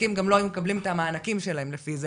עסקים גם לא היו מקבלים את המענקים שלהם לפי זה,